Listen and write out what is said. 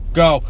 go